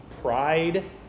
pride